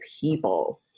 people